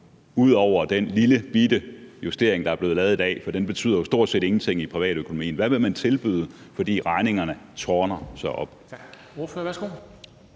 ud over den lillebitte justering, der er blevet lavet i dag. For den betyder jo stort set ingenting i privatøkonomien. Hvad vil man tilbyde, fordi regningerne tårner sig op?